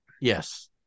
Yes